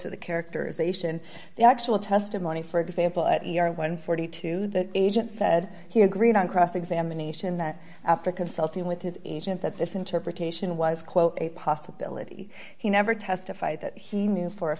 to the characterization the actual testimony for example at one hundred and forty two dollars the agent said he agreed on cross examination that after consulting with his agent that this interpretation was quote a possibility he never testified that he knew for a